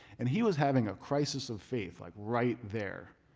and he was having a crisis of faith like right there.